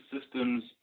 systems